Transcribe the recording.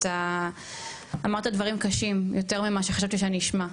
אתה אמרת דברים קשים יותר ממה שחשבתי שאני אשמע.